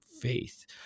faith